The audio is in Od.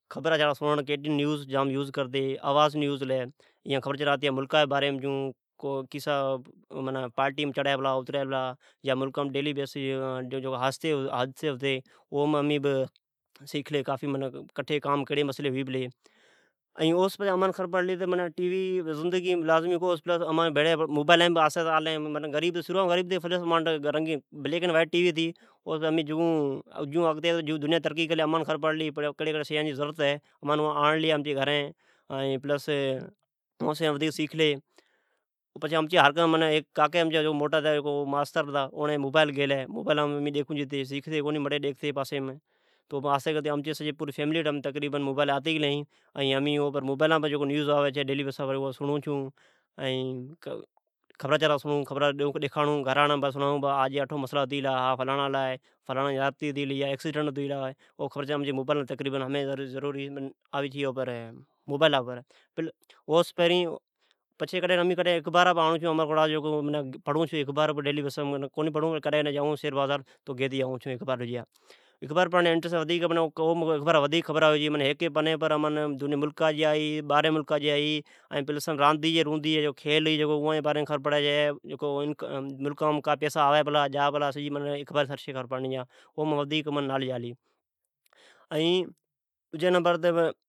خبرا چارا سڑاڑ"کے ٹےاین"نیوز جام سنڑتی"آواز نیوز"ھلی اعا ملکا جئ باریم خبرا چارا این ملکام دیلی بیسام جکو حادثی ھتی جا خبر پڑتی کانس کیڑی مصلی ھوی پلیاین اوس پچھی امان خبر پڑلی رگی ٹی وی زندگییم ضروری کونی ھے۔ شروعام امین غریب"بلیک ان وائیٹ"ٹی وی ھتی کیڑیا کیڑیا شیئا جی ضروری ہے۔ امین اوم سکھیلی سجاس پرین امچی کاکے ٹچ اسکرین مبائیل آنڑلی۔ جکارامی ڈکھتی آستی آستی امچی سجی فیملی ایٹ مبائیل آتی گلی ھے۔ امین ھمی مبائیل لاپرخبرا ڈیکھونای سنڑون این گھرارن بہ سڑائون فڑانڑی سی ضیازتی ھتی گلی ھے یا ایکسیڈنٹ ھتی گلا ھے۔ ھمین خبرا سب مبائیلا پرآوی چھے اوچھ پچھے امین کڈھن کڈھن سھرا س اخبارا گیتی آئون چھون۔ اخبارا پڑنیس امان ملکاجیانء باری ملکا جیان ھے پلس امام راندی روندی جی کھیل ھی اوا جی باری می خبر پڑی چھیء ملکام کترا پیسہ آوی پلیء جا ئی پلی اخباری سی سجی خبر پڑنی جا اوم ودیک نالیج آلی ء ڈجی نبر تہ